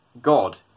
God